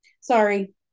Sorry